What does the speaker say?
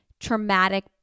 traumatic